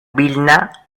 vilna